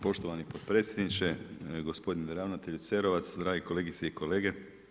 Poštovani potpredsjedniče, gospodine ravnatelj Cerovac, dragi kolegice i kolege.